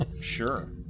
Sure